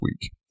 week